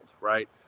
Right